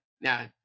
now